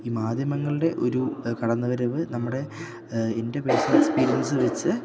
ഈ മാധ്യമങ്ങളുടെ ഒരു കടന്നുവരവ് നമ്മുടെ എൻ്റെ പേർസണൽ എക്സ്പീരിയൻസ് വെച്ച്